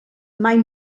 mai